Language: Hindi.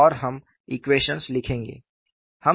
और हम ईक्वेशन लिखेंगे